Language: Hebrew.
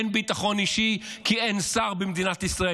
אין ביטחון אישי, כי אין שר במדינת ישראל.